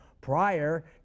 prior